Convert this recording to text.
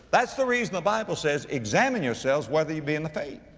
that's the reason the bible says, examine yourselves whether you be in the faith.